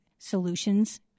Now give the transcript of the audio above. Solutions